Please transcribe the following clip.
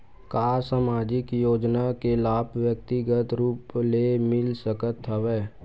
का सामाजिक योजना के लाभ व्यक्तिगत रूप ले मिल सकत हवय?